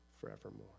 forevermore